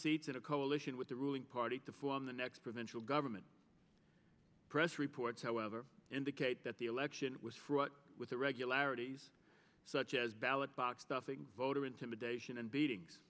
seats in a coalition with the ruling party to form the next provincial government press reports however indicate that the election was fraught with irregularities such as ballot box stuffing voter intimidation and beatings